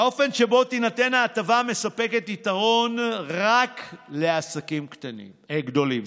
האופן שבו תינתן ההטבה מספק יתרון רק לעסקים גדולים.